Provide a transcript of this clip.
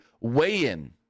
weigh-in